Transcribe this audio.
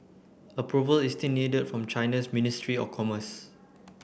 approval is still needed from China's ministry of commerce